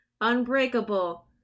unbreakable